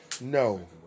No